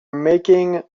making